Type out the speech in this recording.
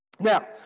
Now